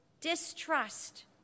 distrust